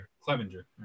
Clevenger